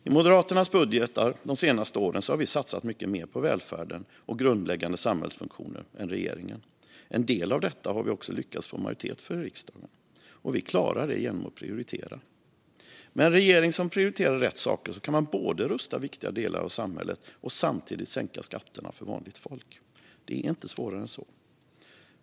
I Moderaternas budgetar de senaste åren har vi satsat mycket mer på välfärden och grundläggande samhällsfunktioner än regeringen. En del av detta har vi också lyckats få majoritet för i riksdagen. Vi klarar det genom att prioritera. Med en regering som prioriterar rätt saker kan man både rusta viktiga delar av samhället och samtidigt sänka skatterna för vanligt folk. Det är inte svårare än så.